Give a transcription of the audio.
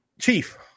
chief